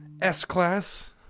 S-Class